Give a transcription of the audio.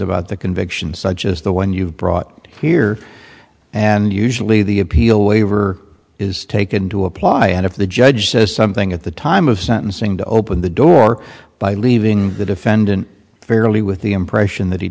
about the conviction such as the one you've brought here and usually the appeal waiver is taken to apply and if the judge says something at the time of sentencing to open the door by leaving the defendant fairly with the impression that he